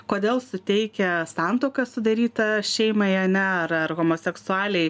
kodėl suteikę santuoką sudarytą šeimai ane ar ar homoseksualiai